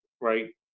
right